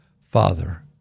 Father